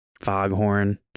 foghorn